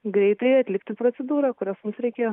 greitai atlikti procedūrą kurios mums reikėjo